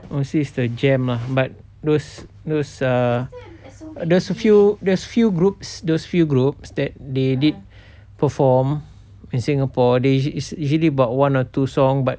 overseas the jam lah but those those err there's a few there's few groups those few groups that they did perform in singapore there is usually about one or two song but